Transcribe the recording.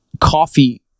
coffee